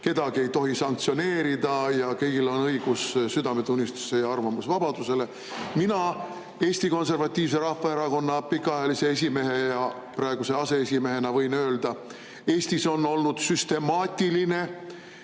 kedagi ei tohi sanktsioneerida ja kõigil on õigus südametunnistuse‑ ja arvamusvabadusele. Mina Eesti Konservatiivse Rahvaerakonna pikaajalise esimehe ja praeguse aseesimehena võin öelda: Eestis on olnud süstemaatiline